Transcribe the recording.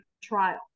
trial